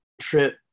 Trip